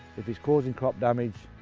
if she's causing crop damage,